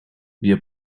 wir